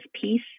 piece